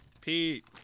Pete